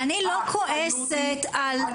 האחריות היא על